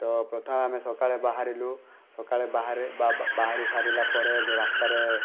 ତ ପ୍ରଥମେ ଆମେ ସକାଳେ ବାହାରିଲୁ ସକାଳେ ବାହାରେ ବାହାରି ସାରିଲା ପରେ ଯେଉଁ ରାସ୍ତାରେ